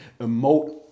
emote